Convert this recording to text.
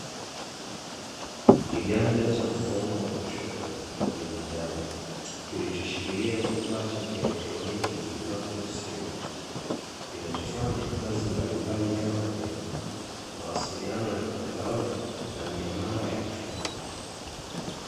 Kiganja cha mkono wa kushoto wa binadamu, kilichoshikilia kifaa cha kielektroniki kiitwacho simu, kinachofanya kazi mbalimbali, kama vile mawasiliano ya mtandaoni, na miamala ya kifedha.